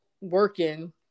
working